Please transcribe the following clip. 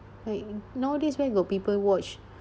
like nowadays where got people watch